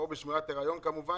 או בשמירת הריון כמובן.